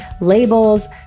labels